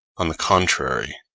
on the contrary,